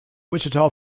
wichita